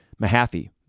Mahaffey